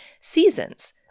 Seasons